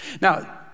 Now